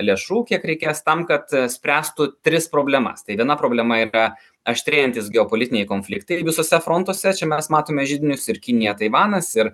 lėšų kiek reikės tam kad spręstų tris problemas tai viena problema yra aštrėjantys geopolitiniai konfliktai ir visuose frontuose čia mes matome židinius ir kinija taivanas ir